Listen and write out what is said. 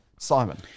Simon